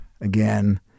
again